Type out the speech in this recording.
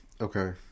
Okay